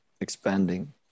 expanding